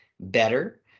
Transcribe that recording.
Better